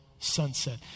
Sunset